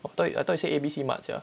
I thought I thought you say A_B_C mart sia